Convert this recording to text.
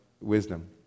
wisdom